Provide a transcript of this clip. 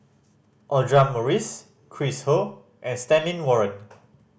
Audra Morrice Chris Ho and Stanley Warren